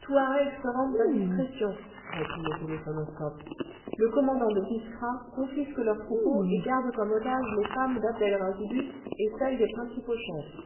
touaregs se rendent à discrétion reprit le téléphonoscope le commandant de biskra confisque leurs troupeaux et garde comme otages lès femmes dabd el razibus et celles des principaux chefs